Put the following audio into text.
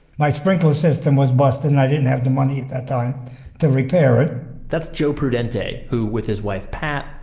my sprinkler system was busted and i didn't have the money at that time to repair it that's joe prudente who, with his wife, pat,